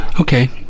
okay